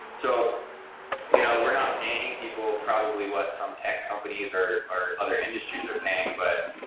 so you know we're not paying people probably what some tech companies or or other industries are paying but